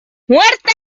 muerte